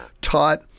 taught